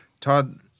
Todd